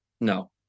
No